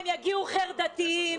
הם יגיעו חרדתיים,